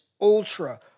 ultra